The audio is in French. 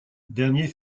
dernier